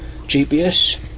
GPS